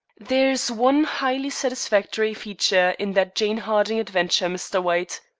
there is one highly satisfactory feature in the jane harding adventure, mr. white.